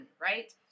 right